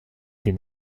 des